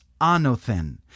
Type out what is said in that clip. anothen